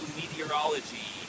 meteorology